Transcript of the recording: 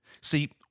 See